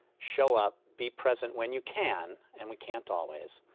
show up, be present when you can and we can't always.